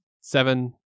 seven